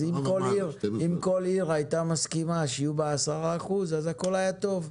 אם כל עיר הייתה מסכימה שיהיו בה 10% חרדים אז הכול היה טוב,